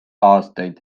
aastaid